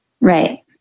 Right